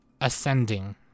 Ascending